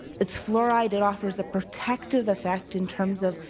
it's fluoride that offers a protective effect in terms of